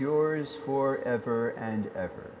yours for ever and ever